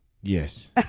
Yes